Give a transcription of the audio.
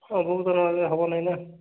ଆଉ ବୁକ୍ ତ ନଆଣିଲେ ତ ହବ ନାହିଁ ନାଁ